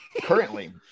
Currently